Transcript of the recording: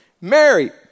Mary